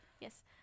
Yes